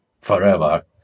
forever